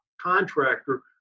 contractor